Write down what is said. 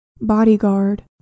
bodyguard